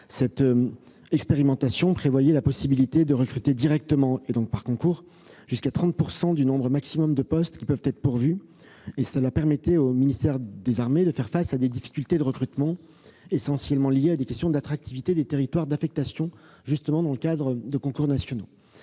Cette expérimentation prévoyait la possibilité de recruter directement jusqu'à 30 % du nombre maximal de postes qui peuvent être pourvus ; cela permettait au ministère des armées de faire face à des difficultés de recrutement, essentiellement liées à des questions d'attractivité des territoires d'affectation dans le cadre de concours nationaux.